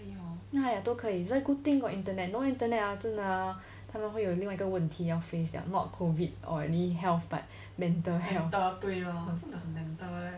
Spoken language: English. this [one] good thing got internet no internet ah 真的他们会有另外一个问题要 face liao not COVID or any health but mental health